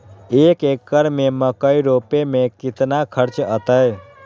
एक एकर में मकई रोपे में कितना खर्च अतै?